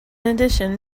addition